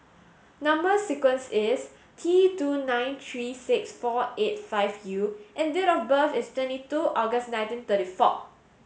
number sequence is T two nine three six four eight five U and date of birth is twenty two August nineteen thirty four